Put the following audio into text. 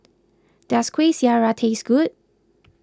does Kuih Syara taste good